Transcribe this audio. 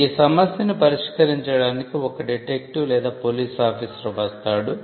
ఈ సమస్యను పరిష్కరించడానికి ఒక డిటెక్టివ్ లేదా పోలీస్ ఆఫీసర్ వస్తాడు